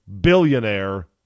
billionaire